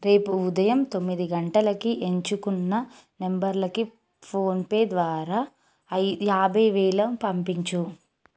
రేపు ఉదయం తొమ్మిది గంటలకి ఎంచుకున్న నంబర్లకి ఫోన్ పే ద్వారా ఐ యాభై వేల పంపించు